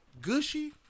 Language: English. gushy